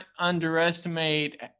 underestimate